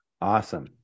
Awesome